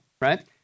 right